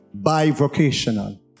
bivocational